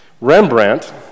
Rembrandt